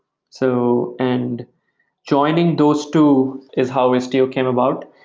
so and joining those two is how istio came about.